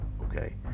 okay